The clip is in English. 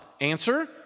Answer